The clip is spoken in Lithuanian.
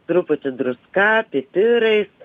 truputį duska pipirais